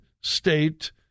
state